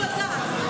את שיקול הדעת.